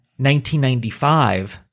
1995